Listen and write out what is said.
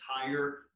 entire